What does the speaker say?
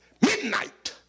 midnight